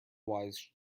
wise